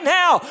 now